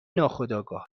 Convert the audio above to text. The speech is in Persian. ناخودآگاه